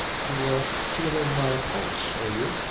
you were feelin' my pulse, were you?